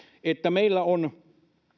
että meillä on